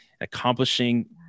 accomplishing